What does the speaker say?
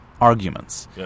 arguments